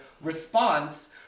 response